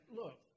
look